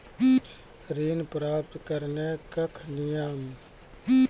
ऋण प्राप्त करने कख नियम?